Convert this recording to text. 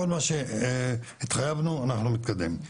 כל מה שהתחייבנו אנחנו מקדמים.